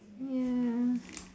ya